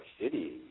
City